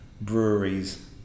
breweries